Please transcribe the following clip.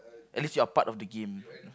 at least you are part of the game